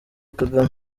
kagame